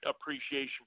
appreciation